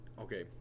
Okay